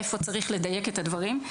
איפה צריך לדייק את הדברים.